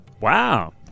Wow